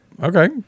Okay